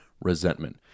resentment